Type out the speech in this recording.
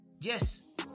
Yes